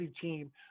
team